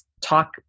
talk